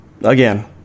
Again